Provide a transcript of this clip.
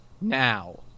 now